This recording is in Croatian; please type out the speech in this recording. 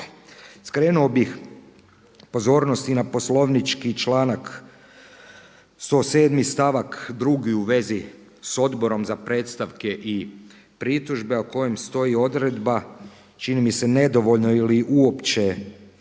Skrenuo bih pozornost i na poslovnički članak 107. stavak 2. u vezi s Odborom za predstavke i pritužbe, a u kojem stoji odredba čini mi se nedovoljno ili uopće